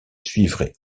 suivraient